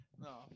No